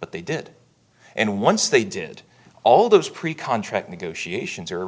but they did and once they did all those pre contract negotiations